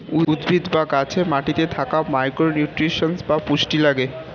উদ্ভিদ বা গাছে মাটিতে থাকা মাইক্রো নিউট্রিয়েন্টস বা পুষ্টি লাগে